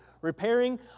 repairing